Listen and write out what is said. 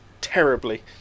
Terribly